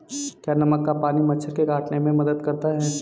क्या नमक का पानी मच्छर के काटने में मदद करता है?